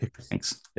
Thanks